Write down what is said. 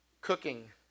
cooking